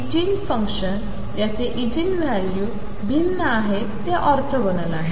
eigen function ज्यांचे eigen value भिन्न आहेत ते ऑर्थोगोनल आहेत